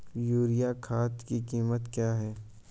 Urea खाद की कीमत क्या है?